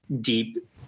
deep